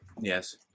yes